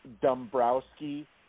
Dombrowski